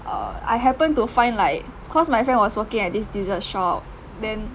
err I happen to find like cause my friend was working at this dessert shop then